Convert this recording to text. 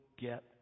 get